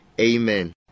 Amen